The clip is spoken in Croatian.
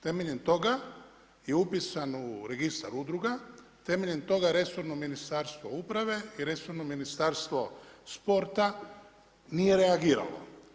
Temeljem toga je upisan u registar udruga, temeljem toga resorno Ministarstvo uprave i resorno Ministarstvo sporta nije reagiralo.